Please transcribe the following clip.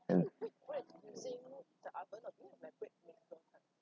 and